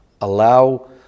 allow